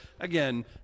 again